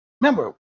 Remember